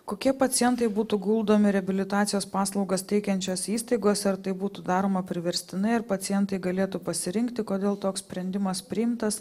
kokie pacientai būtų guldomi į reabilitacijos paslaugas teikiančias įstaigos ar tai būtų daroma priverstinai ar pacientai galėtų pasirinkti kodėl toks sprendimas priimtas